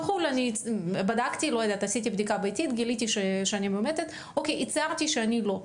עשיתי בדיקה ביתית בחו"ל וגיליתי שאני מאומתת אבל הצהרתי שאני לא,